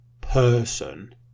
person